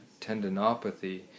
tendinopathy